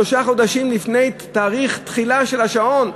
שלושה חודשים לפני תאריך התחילה של השעון.